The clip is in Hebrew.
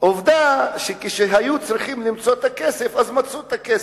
עובדה שכאשר היו צריכים למצוא את הכסף מצאו את הכסף,